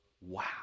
wow